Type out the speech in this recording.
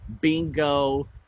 bingo